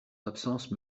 absence